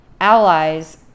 allies